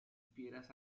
piedras